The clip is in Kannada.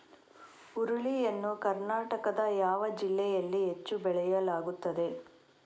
ಹುರುಳಿ ಯನ್ನು ಕರ್ನಾಟಕದ ಯಾವ ಜಿಲ್ಲೆಯಲ್ಲಿ ಹೆಚ್ಚು ಬೆಳೆಯಲಾಗುತ್ತದೆ?